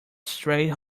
straight